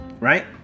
right